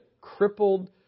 crippled